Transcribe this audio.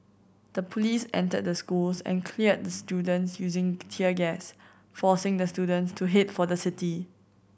the police entered the schools and cleared the students using tear gas forcing the students to head for the city